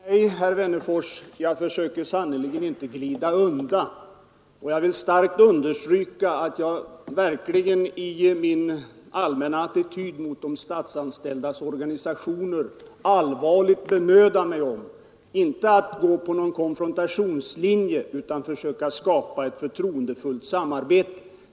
Herr talman! Nej, herr Wennerfors, jag försöker sannerligen inte glida undan! Jag vill starkt understryka att jag i min allmänna attityd mot de statsanställdas organisationer verkligen allvarligt bemödar mig om, inte att följa någon konfrontationslinje utan att försöka skapa ett förtroendefullt samarbete.